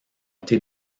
été